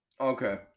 Okay